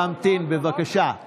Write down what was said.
להמתין, בבקשה.